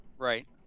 right